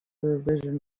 revision